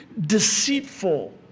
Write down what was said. deceitful